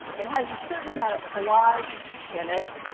it has a certain amount of collage in it.